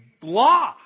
blah